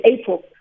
April